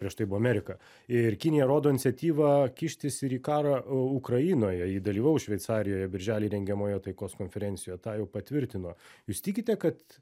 prieš tai buvo amerika ir kinija rodo iniciatyvą kištis ir į karą ukrainoje ji dalyvaus šveicarijoje birželį rengiamoje taikos konferencijoje tą jau patvirtino jūs tikite kad